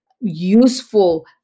useful